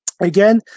Again